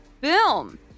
Boom